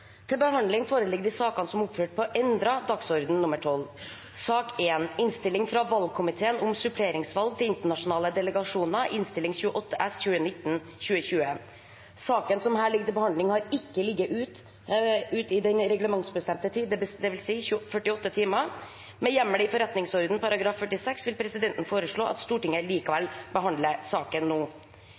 til behandling, har ikke ligget ute i den reglementsbestemte tid, dvs. 48 timer. Med hjemmel i forretningsordenen § 46 vil presidenten foreslå at Stortinget likevel behandler denne saken nå.